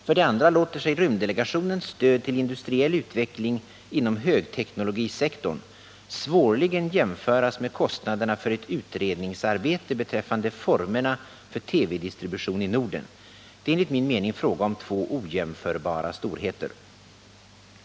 För det andra låter sig rymddelegationens stöd till industriell utveckling inom högteknologisektorn svårligen jämföras med kostnaderna för ett utredningsarbete beträffande formerna för TV-distribution i Norden — det är enligt min mening fråga om två ojämförbara storheter.